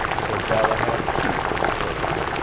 sir galahad sheathed his sword.